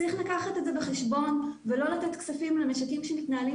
צריך לקחת את זה בחשבון ולא לתת כספים למשקים שמתנהלים